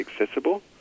accessible